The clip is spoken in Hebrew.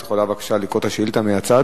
את יכולה בבקשה לקרוא את השאילתא מהצד.